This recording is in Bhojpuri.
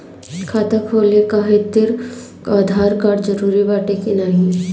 खाता खोले काहतिर आधार कार्ड जरूरी बाटे कि नाहीं?